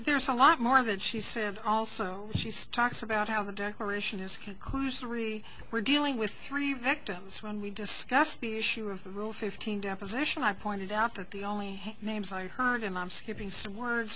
there's a lot more of it she said also she's talks about how her declaration is conclusory we're dealing with three victims when we discuss the issue of the rule fifteen deposition i pointed out that the only names i heard and i'm skipping some words